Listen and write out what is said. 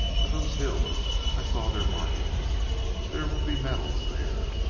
but those hills i saw their markings there will be metals there.